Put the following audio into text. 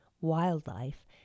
wildlife